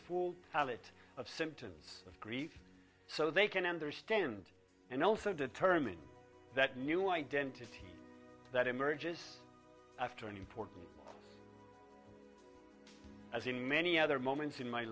palette of symptoms of grief so they can understand and also determine that new identity that emerges after an important as in many other moments in my